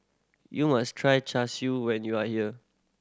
you must try Char Siu when you are here